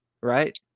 right